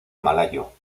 malayo